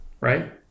right